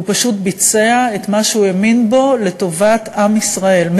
הוא פשוט ביצע את מה שהוא האמין בו לטובת עם ישראל,